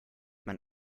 man